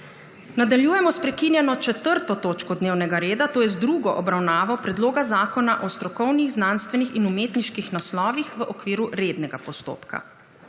Nadaljujemo s prekinjeno 4. točko dnevnega reda - druga obravnava Predloga zakona o strokovnih, znanstvenih in umetniških naslovih, v okviru rednega postopka.